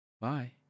bye